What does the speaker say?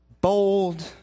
bold